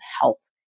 health